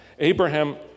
Abraham